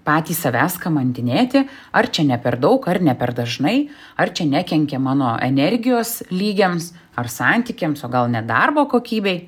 patys savęs kamantinėti ar čia ne per daug ar ne per dažnai ar čia nekenkia mano energijos lygiams ar santykiams o gal net darbo kokybei